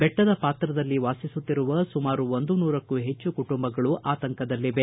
ಬೆಟ್ಟದ ಪಾತ್ರದಲ್ಲಿ ವಾಸಿಸುತ್ತಿರುವ ಸುಮಾರು ಒಂದನೂರಕ್ಕೂ ಹೆಚ್ಚು ಕುಟುಂಬಗಳು ಆತಂಕದಲ್ಲಿವೆ